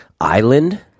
island